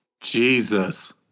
jesus